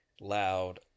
loud